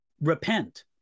repent